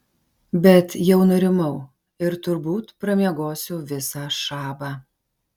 bet jau nurimau ir turbūt pramiegosiu visą šabą